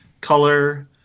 color